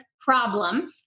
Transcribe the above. problem